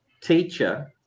teacher